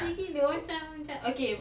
macam